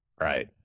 Right